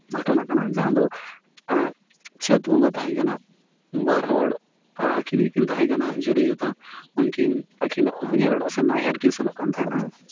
ᱜᱷᱚᱴᱚᱱᱟ ᱠᱟᱱᱟ ᱡᱟᱦᱟᱸ ᱫᱚ ᱪᱟᱹᱛ ᱵᱚᱸᱜᱟ ᱛᱟᱦᱮᱸ ᱠᱟᱱᱟ ᱵᱟᱨᱦᱚᱲ ᱟᱹᱠᱤᱱ ᱜᱮᱠᱤᱱ ᱛᱟᱦᱮᱸ ᱠᱟᱱᱟ ᱡᱩᱨᱤ ᱡᱚᱛᱟ ᱩᱱᱠᱤᱱ ᱟᱹᱠᱤᱱᱟᱜ ᱦᱚᱸᱧᱦᱟᱨ ᱚᱲᱟᱜ ᱥᱮ ᱱᱟᱹᱭᱦᱟᱹᱨ ᱠᱤᱱ ᱥᱮᱱᱚᱜ ᱠᱟᱱ ᱛᱟᱦᱮᱱᱟ